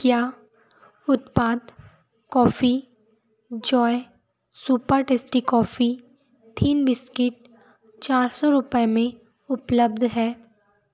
क्या उत्पाद Coffee Joy super tasty coffee thin biscuit चार सौ रुपये में उपलब्ध है